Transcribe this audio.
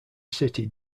city